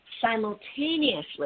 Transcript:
simultaneously